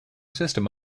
system